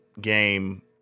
game